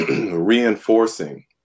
reinforcing